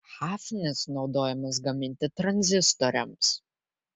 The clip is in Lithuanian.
hafnis naudojamas gaminti tranzistoriams